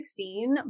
2016